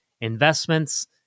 investments